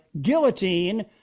guillotine